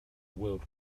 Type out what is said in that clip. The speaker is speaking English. world